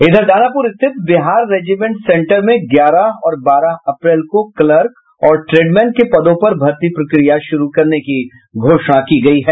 इधर दानापुर स्थित Bihar regiment centre में ग्यारह और बारह अप्रैल को क्लर्क और ट्रेडमैन के पदों पर भर्ती प्रक्रिया शुरू करने की घोषणा की गयी है